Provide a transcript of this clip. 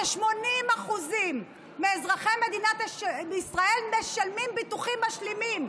ש-80% מאזרחי מדינת ישראל משלמים ביטוחים משלימים,